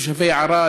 תושבי ערד,